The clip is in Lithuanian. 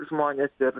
žmonės ir